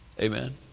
Amen